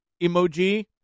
emoji